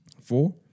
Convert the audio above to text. Four